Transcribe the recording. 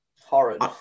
Horrid